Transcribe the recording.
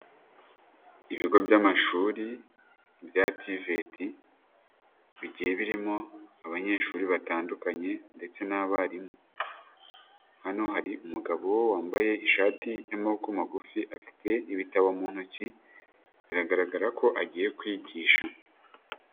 Ibigo by'amashuri bya tiveti bigiye birimo abanyeshuri batandukanye ndetse n'abarimu. Hano hari umugabo wambaye ishati y'amaboko magufi afite ibitabo mu ntoki ,biragaragara ko agiye kwigisha.